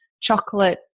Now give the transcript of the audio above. chocolate